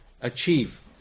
achieve